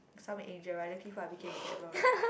some angel right then P-four I became a devil right